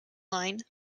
line